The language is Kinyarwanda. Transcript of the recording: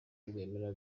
rwemera